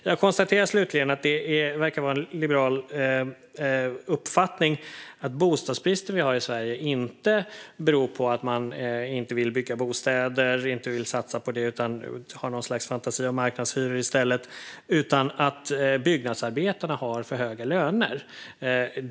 Jag konstaterar slutligen att det verkar vara en liberal uppfattning att bostadsbristen i Sverige inte beror på att man inte vill bygga bostäder och inte vill satsa på det och att man har något slags fantasi om marknadshyror i stället, utan det beror på att byggnadsarbetarna har för höga löner.